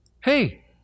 hey